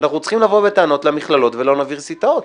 אנחנו צריכים לבוא בטענות למכללות ולאוניברסיטאות,